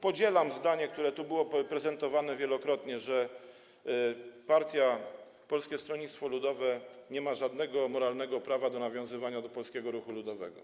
Podzielam zdanie, które tu było wielokrotnie prezentowane, że partia Polskie Stronnictwo Ludowe nie ma żadnego, nie ma moralnego prawa do nawiązywania do polskiego ruchu ludowego.